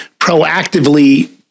proactively